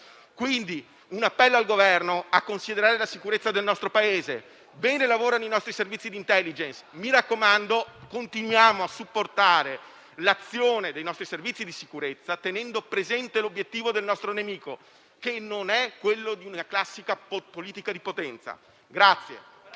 quindi un appello al Governo a considerare la sicurezza del nostro Paese. Bene lavorano i nostri servizi di *intelligence*: mi raccomando, continuiamo a supportare l'azione dei nostri servizi di sicurezza, tenendo presente l'obiettivo del nostro nemico, che non è quello di una classica politica di potenza.